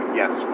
yes